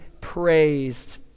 praised